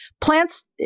Plants